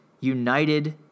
united